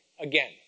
again